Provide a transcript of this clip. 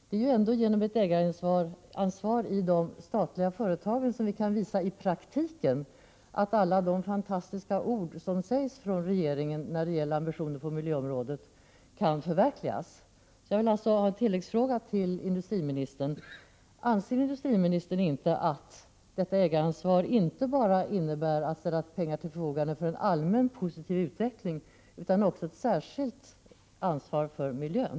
Det är ju ändå genom ett ägaransvar i de statliga företagen som man kan visa i praktiken att alla de fantastiska ord som sägs från regeringen när det gäller ambitioner på miljöområdet kan förverkligas. Jag vill alltså ställa en tilläggsfråga till industriministern: Anser industriministern att ägaransvaret bara innebär att ställa pengar till förfogande för allmän positiv utveckling? Innebär det inte också ett särskilt ansvar för miljön?